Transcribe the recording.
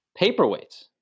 Paperweights